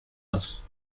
was